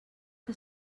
que